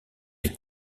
est